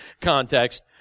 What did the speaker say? context